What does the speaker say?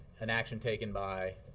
an action taken by